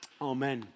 Amen